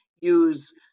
use